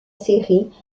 série